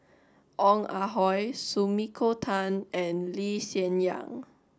Ong Ah Hoi Sumiko Tan and Lee Hsien Yang